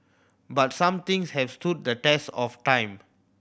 but some things have stood the test of time